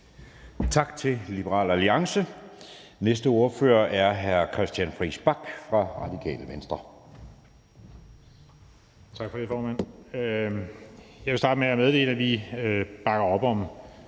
Tak til Liberal Alliance. Næste ordfører er hr. Christian Friis Bach fra Radikale Venstre.